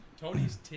Tony's